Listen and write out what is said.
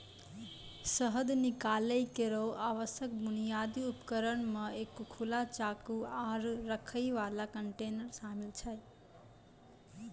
शहद निकालै केरो आवश्यक बुनियादी उपकरण म एक खुला चाकू, आरु रखै वाला कंटेनर शामिल छै